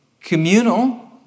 communal